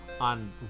on